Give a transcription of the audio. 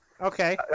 Okay